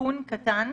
סיכון קטן,